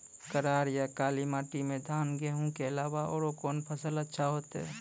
करार या काली माटी म धान, गेहूँ के अलावा औरो कोन फसल अचछा होतै?